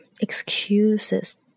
excuses